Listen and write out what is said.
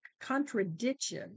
contradiction